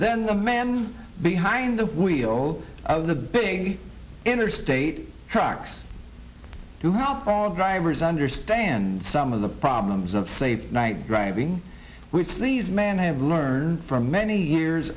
then the man behind the wheel of the big interstate trucks to help all drivers understand some of the problems of late night driving which these men have learned from many years